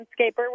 landscaper